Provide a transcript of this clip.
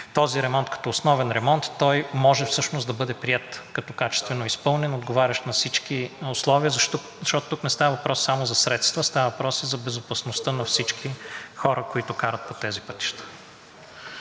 този ремонт като основен ремонт той може всъщност да бъде приет като качествено изпълнен, отговарящ на всички условия, защото тук не става въпрос само за средства, а става въпрос и за безопасността на всички хора, които карат по тези пътища.